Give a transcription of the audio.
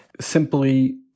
simply